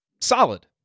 solid